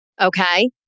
Okay